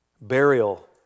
burial